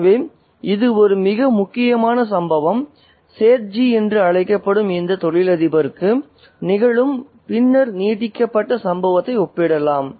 எனவே இது ஒரு மிக முக்கியமான சம்பவம் சேத்ஜி என்று அழைக்கப்படும் இந்த தொழிலதிபருக்கு நிகழும் பின்னர் நீட்டிக்கப்பட்ட சம்பவத்தை ஒப்பிடலாம்